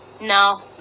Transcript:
No